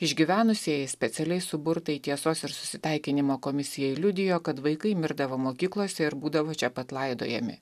išgyvenusieji specialiai suburtai tiesos ir susitaikinimo komisijai liudijo kad vaikai mirdavo mokyklose ir būdavo čia pat laidojami